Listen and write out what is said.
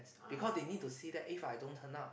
because they need to see that If I don't turn up